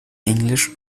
english